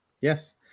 yes